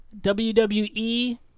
WWE